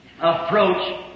approach